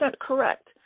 correct